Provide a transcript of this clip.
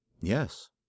Yes